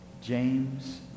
James